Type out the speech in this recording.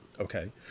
Okay